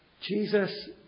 Jesus